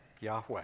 Yahweh